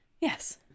Yes